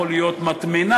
יכול להיות מטמנה,